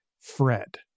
Fred